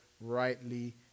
rightly